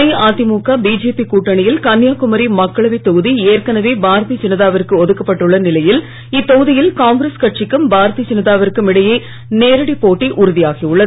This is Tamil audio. அஇஅதிமுக பிஜேபி கூட்டணியில் கன்னியாகுமரி மக்களவை தொகுதி ஏற்கனவே பாரதீய ஜனதாவிற்கு ஒதுக்கப்பட்டுள்ள நிலையில் இத்தொகுதியில் காங்கிரஸ் கட்சிக்கும் பாரதீய ஜனதாவிற்கும் இடையே நேரடி போட்டி உறுதியாகி உள்ளது